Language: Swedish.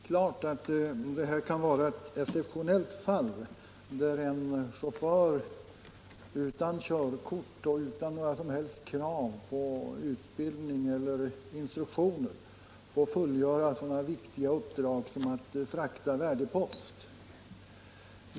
Herr talman! Det är klart att det här kan vara ett exceptionellt fall, där en chaufför utan körkort och utan några som helst krav på utbildning eller instruktioner får fullgöra sådana viktiga uppdrag som att frakta värdepost.